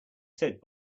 said